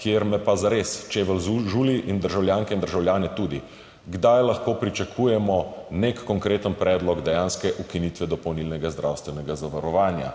kjer me pa zares čevelj žuli, in državljanke in državljane tudi. Kdaj lahko pričakujemo nek konkreten predlog dejanske ukinitve dopolnilnega zdravstvenega zavarovanja?